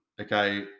okay